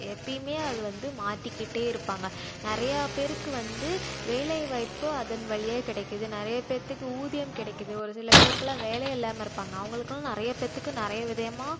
எப்போயுமே அது வந்து மாற்றிக்கிட்டே இருப்பாங்க நிறையா பேருக்கு வந்து வேலைவாய்ப்பு அதன் வழியே கிடைக்குது நிறைய பேர்த்துக்கு ஊதியம் கிடைக்குது ஒரு சில பேருக்குலாம் வேலையே இல்லாமல் இருப்பாங்க அவங்களுக்கும் நிறைய பேர்த்துக்கு நிறைய விதமா